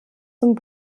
zum